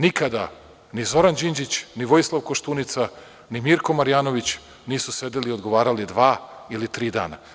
Nikada, ni Zoran Đinđić, ni Vojislav Koštunica, ni Mirko Marjanović nisu sedeli i odgovarali dva ili tri dana.